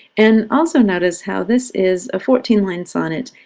and also notice how this is a fourteen line sonnet,